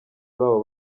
babo